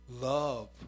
love